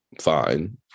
fine